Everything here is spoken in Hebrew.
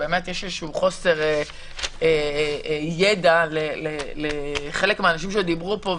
שיש חוסר ידע לחלק מהאנשים שדיברו פה,